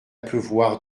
pleuvoir